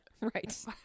Right